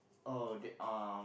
oh that uh